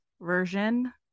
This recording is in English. version